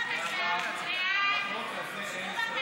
תודה רבה.